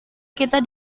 kita